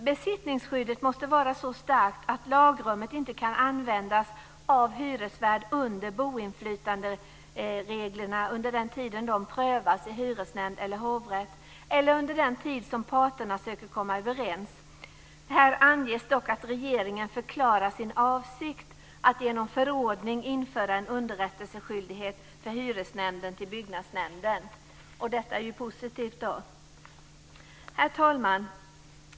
Besittningsskyddet måste vara så starkt att lagrummet inte kan användas av hyresvärd under den tid då boendeinflytandereglerna prövas i hyresnämnd eller hovrätt eller under en tid som parterna söker komma överens. Här anges dock att regeringen förklarar sin avsikt att genom förordning införa en underrättelseskyldighet för hyresnämnden till byggnadsnämnden. Det är ju positivt. Herr talman!